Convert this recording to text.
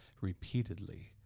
repeatedly